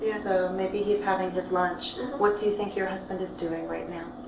yeah so maybe he's having his lunch. what do you think your husband is doing right now?